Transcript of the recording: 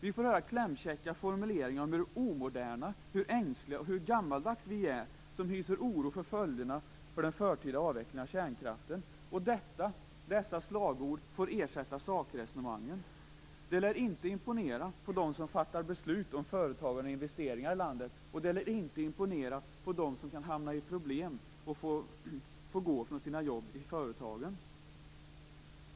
Vi får höra klämkäcka formuleringar om hur omoderna, ängsliga och gammaldags vi är som hyser oro för följderna av en förtida avveckling av kärnkraften. Och dessa slagord får ersätta sakresonemangen! Det lär inte imponera på dem som fattar beslut om företagande och investeringar i landet. Det lär heller inte imponera på dem som kan hamna i problem och få gå från sina jobb i företagen.